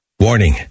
Warning